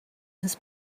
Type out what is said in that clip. his